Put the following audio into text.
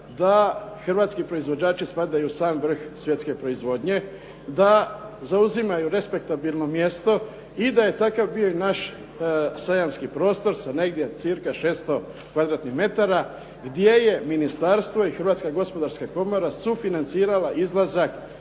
da hrvatski proizvođači spadaju u sam vrh svjetske proizvodnje, da zauzimaju respektabilno mjesto i da je takav bio i naš sajamski prostor sa negdje cirka 600 kvadratnih metara gdje je ministarstvo i Hrvatska gospodarska komora sufinancirala izlazak